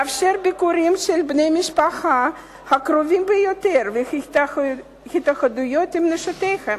לאפשר ביקורים של בני המשפחה הקרובים ביותר והתייחדויות עם נשותיהם.